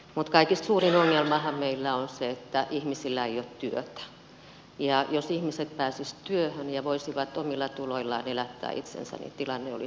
mutta kaikista suurin ongelmahan meillä on se että ihmisillä ei ole työtä ja jos ihmiset pääsisivät työhön ja voisivat omilla tuloillaan elättää itsensä niin tilanne olisi aivan erilainen